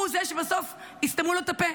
הוא זה שבסוף יסתמו את הפה,